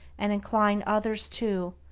and incline others to,